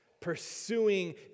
pursuing